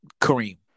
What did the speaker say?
Kareem